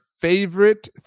favorite